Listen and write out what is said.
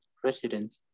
president